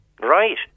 Right